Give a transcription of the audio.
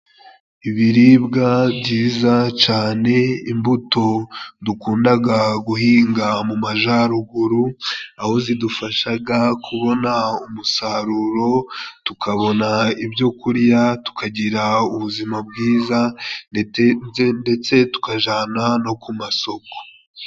Ibiribwa byiza cane. Imbuto dukundaga guhinga mu majaruguru aho zidufashaga kubona umusaruro, tukabona ibyo kurya, tukagira ubuzima bwiza, bidatinze ndetse tukaja no ku masoko.